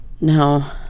no